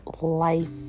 life